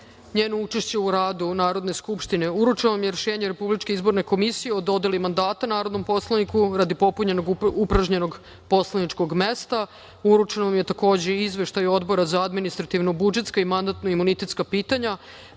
njeno učešće u radu Narodne skupštine. Uručeno vam je Rešenje RIK o dodeli mandata narodnom poslaniku radi popunjenog upražnjenog poslaničkog mesta. Uručen vam je, takođe, Izveštaj Odbora za administrativno-budžetska i mandatno-imunitetska pitanja